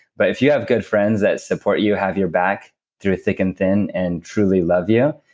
but if you have good friends that support you, have your back through think and thin and truly love you,